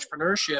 entrepreneurship